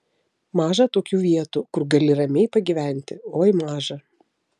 maža tokių vietų kur gali ramiai pagyventi oi maža